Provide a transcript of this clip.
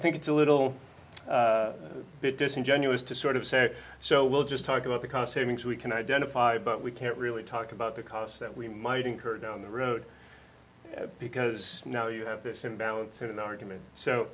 think it's a little bit disingenuous to sort of say so we'll just talk about the cost savings we can identify but we can't really talk about the cost that we might incur down the road because now you have this imbalance in an argument so